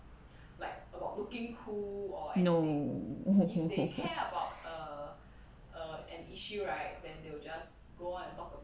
no